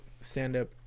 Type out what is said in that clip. stand-up